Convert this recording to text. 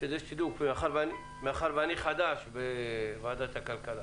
כדי שתדעו מאחר שאני חדש בוועדת הכלכלה